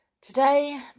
today